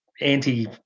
anti